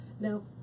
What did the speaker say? now